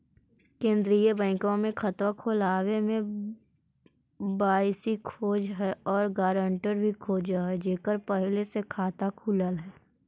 केंद्रीय बैंकवा मे खतवा खोलावे मे के.वाई.सी खोज है और ग्रांटर भी खोज है जेकर पहले से खाता खुलल है?